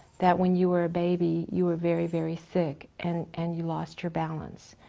that when you were a baby you were very, very sick, and and you lost your balance.